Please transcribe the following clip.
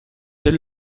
elle